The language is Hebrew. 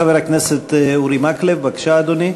חבר הכנסת אורי מקלב, בבקשה, אדוני.